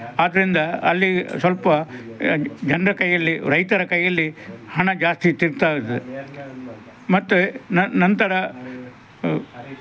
ಆದ್ದರಿಂದ ಅಲ್ಲಿ ಸ್ವಲ್ಪ ಜನರ ಕೈಯ್ಯಲ್ಲಿ ರೈತರ ಕೈಯ್ಯಲ್ಲಿ ಹಣ ಜಾಸ್ತಿ ತಿಂತಾಯಿದ್ದೆ ಮತ್ತೆ ನಂತರ